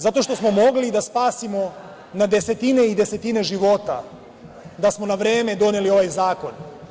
Zato što smo mogli da spasimo na desetine i desetine života, da smo na vreme doneli ovaj zakon.